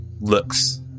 looks